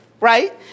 Right